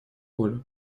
коля